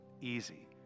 easy